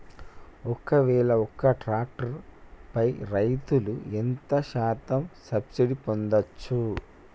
ఒక్కవేల ఒక్క ట్రాక్టర్ పై రైతులు ఎంత శాతం సబ్సిడీ పొందచ్చు?